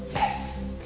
yes,